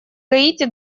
гаити